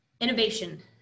Innovation